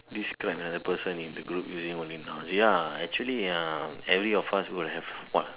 describe another person in the group using only nouns ya actually ya every of us will have a fan